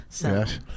Yes